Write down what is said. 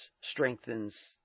strengthens